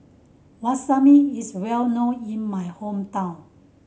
wasabi is well known in my hometown